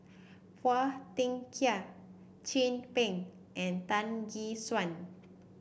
Phua Thin Kiay Chin Peng and Tan Gek Suan